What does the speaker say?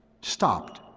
stopped